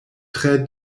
tre